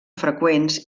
freqüents